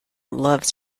loves